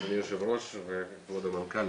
אדוני היושב-ראש וכבוד המנכ"ל,